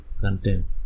content